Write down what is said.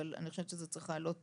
אבל אני חושבת שזה צריך לעלות